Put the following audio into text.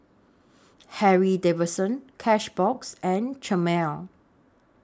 Harley Davidson Cashbox and Chomel